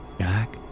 Jack